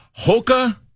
Hoka